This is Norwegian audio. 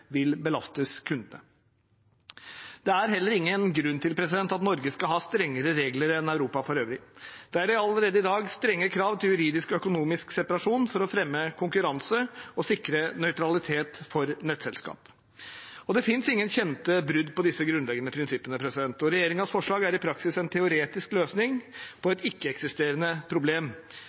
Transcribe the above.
vil belastes kundene. Det er heller ingen grunn til at Norge skal ha strengere regler enn Europa for øvrig. Det er allerede i dag strenge krav til juridisk og økonomisk separasjon for å fremme konkurranse og sikre nøytralitet for nettselskap. Det finnes ingen kjente brudd på disse grunnleggende prinsippene. Regjeringens forslag er i praksis en teoretisk løsning på et ikke-eksisterende problem.